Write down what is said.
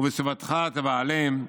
ובסופתך תבהלם,